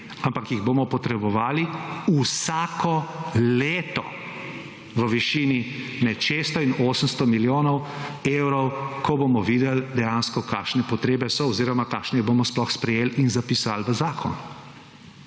ampak jih bomo potrebovali vsako leto v višini med 600 in 800 milijonov evrov, ko bomo videli dejansko kakšne potrebe so oziroma takšne jih bomo sploh sprejeli in **16.